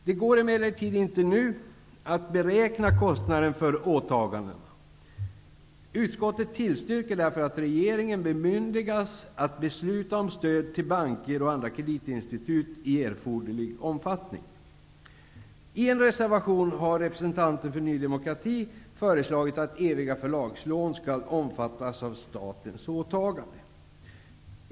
Det går emellertid inte nu att beräkna kostnaden för åtagandena. Utskottet tillstyrker därför att regeringen bemyndigas att besluta om stöd till banker och andra kreditinstitut i erforderlig omfattning. I en reservation har representanter för Ny demokrati föreslagit att eviga förlagslån skall omfattas av statens åtagande.